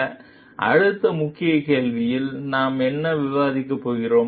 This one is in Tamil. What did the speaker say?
எனவே அடுத்த முக்கிய கேள்வியில் நாம் என்ன விவாதிக்கப் போகிறோம்